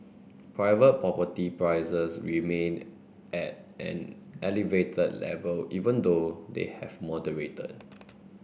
private property prices remained at an elevated level even though they have moderated